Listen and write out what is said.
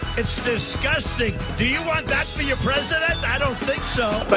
it's disgusting. do you want that for your president? i don't think so! but